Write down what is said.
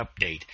update